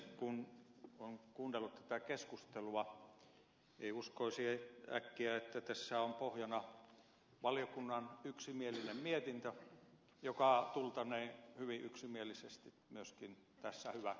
kun on kuunnellut tätä keskustelua ei uskoisi äkkiä että tässä on pohjana valiokunnan yksimielinen mietintö joka tultaneen hyvin yksimielisesti myöskin hyväksymään